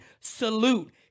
Salute